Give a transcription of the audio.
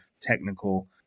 technical